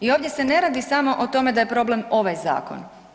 I ovdje se ne radi samo o tome da je problem ovaj zakon.